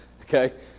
okay